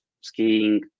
skiing